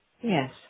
Yes